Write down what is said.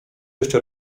jeszcze